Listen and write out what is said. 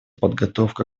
подготовка